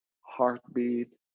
heartbeat